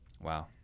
Wow